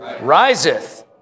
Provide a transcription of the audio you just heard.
Riseth